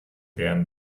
werden